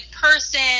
person